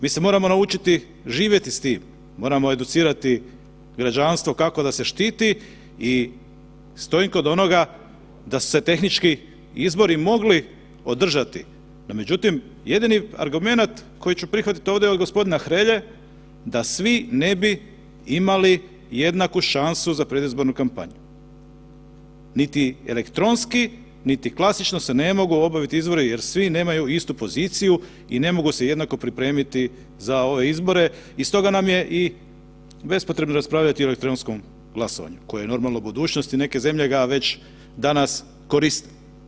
Mislim moramo naučiti živjeti s tim, moramo educirati građanstvo kako da se štiti i stojim kod onoga da su se tehnički izbori mogli održati, međutim jedini argumenat koji ću prihvatiti ovdje je od gospodina Hrelje da svi ne bi imali jednaku šansu za predizbornu kampanju niti elektronski, niti klasično se ne mogu obaviti izbori jer svi nemaju istu poziciju i ne mogu se jednako pripremiti za ove izbore i stoga nam je bespotrebno raspravljati o elektronskom glasovanju koje je normalno budućnost i neke zemlje ga već danas koriste.